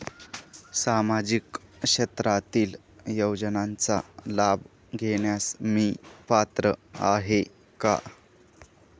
सामाजिक क्षेत्रातील योजनांचा लाभ घेण्यास मी पात्र आहे का?